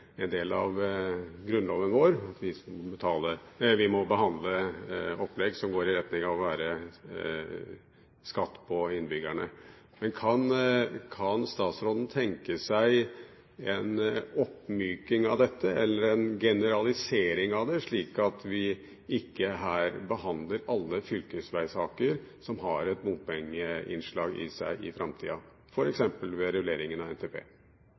en del av Grunnloven at vi må behandle opplegg som går i retning av skatt for innbyggerne. Men kan statsråden tenke seg en oppmyking av dette, eller en generalisering av det, slik at vi ikke i framtiden behandler alle fylkesveisaker som har et bompengeinnslag i seg, her – f.eks. ved rulleringen av NTP?